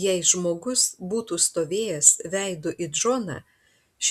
jei žmogus būtų stovėjęs veidu į džoną